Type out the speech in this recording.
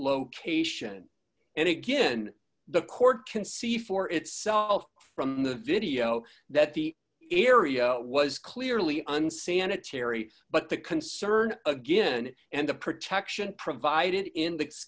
location and again the court can see for itself from the video that the area was clearly unsanitary but the concern again and the protection provided in